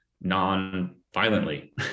non-violently